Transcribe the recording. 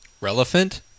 Relevant